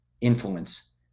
influence